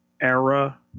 era